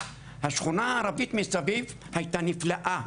השכונה הערבית מסביב, הייתה נפלאה.